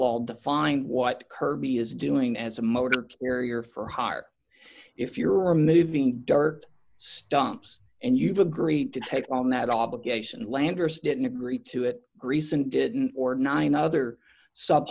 law define what kirby is doing as a motor carrier for heart if you're a moving dirt stumps and you've agreed to take on that obligation landers didn't agree to it recent didn't or nine other sub